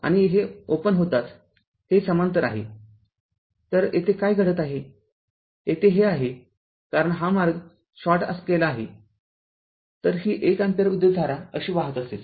आणि हे ओपन होताच हे समांतर आहेतर येथे काय घडत आहे येथे हे आहे कारण हा मार्ग शॉर्ट केला आहे तर ही १ अँपिअर विद्युतधारा अशी वाहत असेल